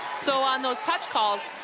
so on those touch calls,